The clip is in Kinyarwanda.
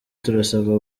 turasabwa